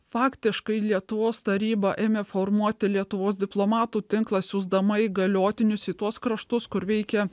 faktiškai lietuvos taryba ėmė formuoti lietuvos diplomatų tinklą siųsdama įgaliotinius į tuos kraštus kur veikė